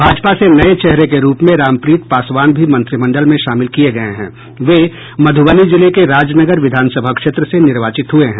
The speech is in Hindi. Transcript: भाजपा से नये चेहरे के रूप में रामप्रीत पासवान भी मंत्रिमंडल में शामिल किये गये हैं वे मधुबनी जिले के राजनगर विधानसभा क्षेत्र से निर्वाचित हुए हैं